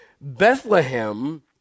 Bethlehem